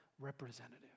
representative